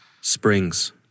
Springs